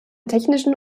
technischen